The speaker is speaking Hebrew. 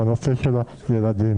בנושא של הילדים,